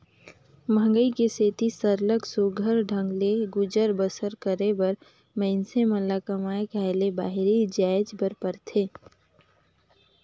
मंहगई के सेती सरलग सुग्घर ढंग ले गुजर बसर करे बर मइनसे मन ल कमाए खाए ले बाहिरे जाएच बर परथे